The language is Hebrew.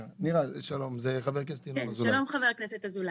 זה חבר הכנסת ינון אזולאי.